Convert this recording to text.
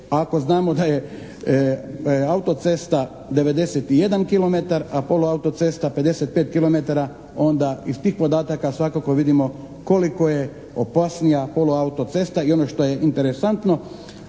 ako znamo da je autocesta 91 kilometar, a poluautocesta 55 kilometara onda iz tih podataka svakako vidimo koliko je opasnija poluautocesta i ono što je interesantno